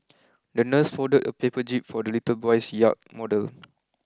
the nurse folded a paper jib for the little boy's yacht model